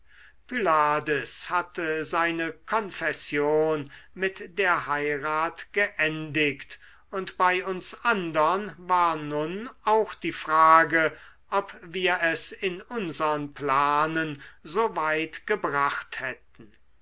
pylades hatte seine konfession mit der heirat geendigt und bei uns andern war nun auch die frage ob wir es in unsern planen so weit gebracht hätten